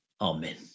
Amen